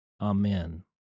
amen